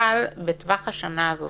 אבל בטווח השנה הזאת